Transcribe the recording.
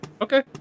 Okay